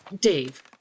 Dave